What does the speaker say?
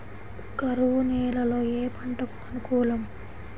కరువు నేలలో ఏ పంటకు అనుకూలం?